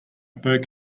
fur